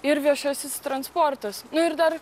ir viešasis transportas nu ir dar